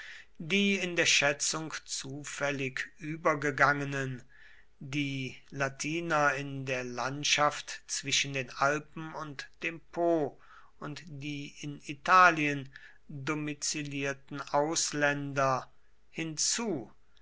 die in der schätzung zufällig übergangenen die latiner in der landschaft zwischen den alpen und dem po und die in italien domizilierten ausländer hinzu